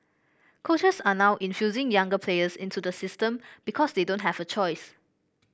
coaches are now infusing younger players into the system because they don't have a choice